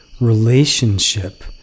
relationship